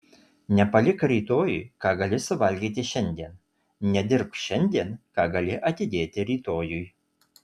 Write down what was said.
nepalik rytojui ką gali suvalgyti šiandien nedirbk šiandien ką gali atidėti rytojui